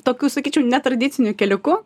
tokiu sakyčiau netradiciniu keliuku